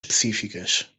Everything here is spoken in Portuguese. específicas